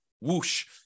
whoosh